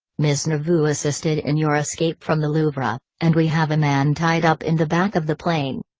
miss neveu assisted in your escape from the louvre, and we have a man tied up in the back of the plane.